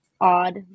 odd